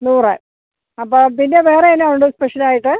നൂറ് അപ്പം പിന്നെ വേറെ എന്നാ ഉണ്ട് സ്പെഷ്യലായിട്ട്